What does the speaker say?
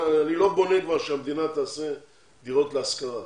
אני לא בונה שהמדינה תעשה דירות להשכרה.